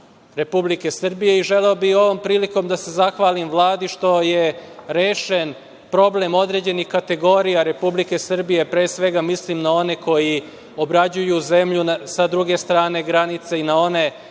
Republike Srbije i želeo bi i ovom prilikom da se zahvalim Vladi što je rešen problem određenih kategorija Republike Srbije, pre svega, mislim na one koji obrađuju zemlju sa druge strane granice i na one